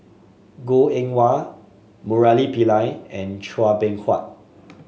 Goh Eng Wah Murali Pillai and Chua Beng Huat